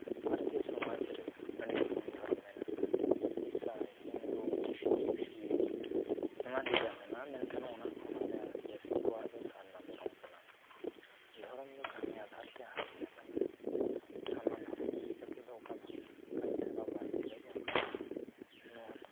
ᱵᱷᱟᱨᱚᱛᱤᱭᱚ ᱥᱚᱢᱟᱡᱽᱨᱮ ᱟᱹᱰᱤ ᱨᱚᱠᱚᱢ ᱫᱷᱚᱨᱚᱢ ᱢᱮᱱᱟᱜᱼᱟ ᱠᱷᱨᱤᱥᱴᱟᱱ ᱦᱤᱱᱫᱩ ᱢᱩᱥᱞᱤᱢ ᱮᱢᱟᱱ ᱛᱭᱟᱜ ᱢᱮᱱᱟᱜᱼᱟ ᱢᱮᱱᱠᱷᱟᱱ ᱚᱱᱟ ᱠᱷᱚᱱ ᱟᱞᱮ ᱟᱹᱫᱤᱵᱟᱹᱥᱤ ᱠᱚᱣᱟᱜ ᱫᱚ ᱥᱟᱹᱨᱤ ᱫᱷᱚᱨᱚᱢ ᱠᱟᱱᱟ ᱫᱷᱚᱨᱚᱢ ᱟᱫᱷᱟᱨᱛᱮ ᱫᱷᱟᱹᱨᱛᱤ ᱦᱟᱹᱴᱤᱧ ᱟᱠᱟᱱᱟ ᱚᱱᱟᱠᱚ ᱤᱫᱤ ᱠᱟᱛᱮ ᱫᱚ ᱚᱠᱟ ᱫᱷᱚᱨᱚᱢ ᱠᱟᱹᱢᱤ ᱥᱟᱨᱟᱣ ᱵᱟᱭ ᱜᱟᱱᱚᱜᱼᱟ ᱱᱚᱣᱟ ᱫᱚ